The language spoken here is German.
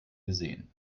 gesehen